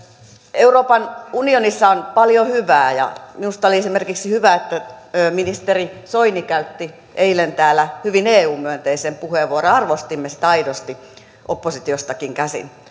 euroopan unionissa on paljon hyvää minusta oli esimerkiksi hyvä että ministeri soini käytti eilen täällä hyvin eu myönteisen puheenvuoron arvostimme sitä aidosti oppositiostakin käsin